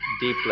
deeply